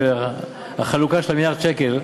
החלוקה של מיליארד השקל,